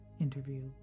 interview